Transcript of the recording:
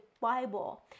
bible